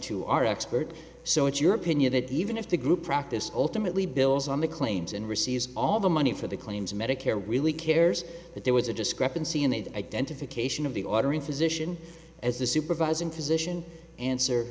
to our expert so it's your opinion that even if the group practice ultimately bills on the claims and receives all the money for the claims medicare really cares but there was a discrepancy in the identification of the ordering physician as the supervising physician answer